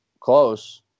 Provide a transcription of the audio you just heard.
close